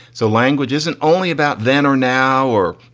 so language isn't only about then or now or, you